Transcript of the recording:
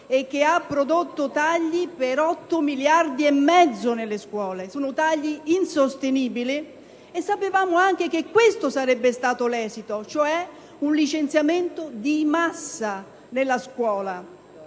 e che ha prodotto tagli per 8 miliardi e mezzo di euro nelle scuole. Sono tagli insostenibili! E sapevamo anche che questo sarebbe stato l'esito, cioè un licenziamento di massa nella scuola.